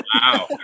wow